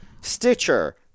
Stitcher